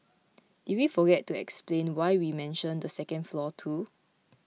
did we forget to explain why we mentioned the second floor too